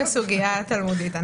בסוגיה תלמודית.